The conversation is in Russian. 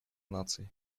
наций